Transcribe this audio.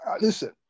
listen